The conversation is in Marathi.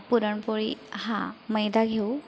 पुरणपोळी हा मैदा घेऊ